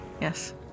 Yes